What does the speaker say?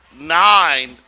nine